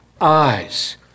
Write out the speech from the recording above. eyes